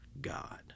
God